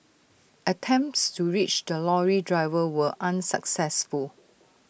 attempts to reach the lorry driver were unsuccessful